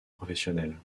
professionnel